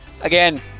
Again